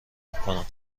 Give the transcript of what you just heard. کنم